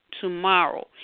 tomorrow